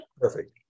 Perfect